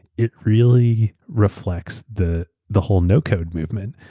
it really reflects the the whole no-code movement.